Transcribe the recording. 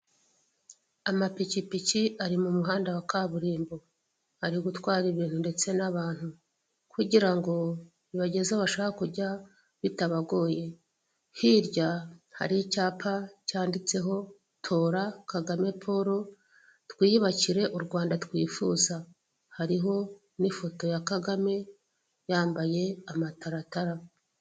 Amapikipiki ari mu muhanda wa kaburimbo, ari gutwara ibintu ndetse n'abantu kugira ngo bibageze aho bashaka kujya bitabagoye, hirya hari icyapa cyanditseho tora Kagame Paul twiyubakire u Rwanda twifuza, hariho n'ifoto ya Kagame yambaye amataratara.